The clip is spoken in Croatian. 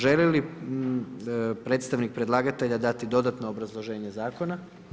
Želi li predstavnik predlagatelja dati dodatno obrazloženje zakona?